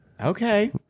Okay